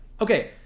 Okay